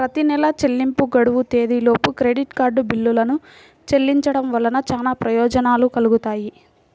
ప్రతి నెలా చెల్లింపు గడువు తేదీలోపు క్రెడిట్ కార్డ్ బిల్లులను చెల్లించడం వలన చాలా ప్రయోజనాలు కలుగుతాయి